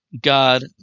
God